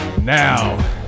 Now